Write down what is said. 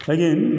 Again